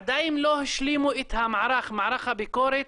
עדיין לא השלימו את המערך, מערך הביקורת